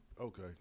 okay